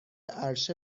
عرشه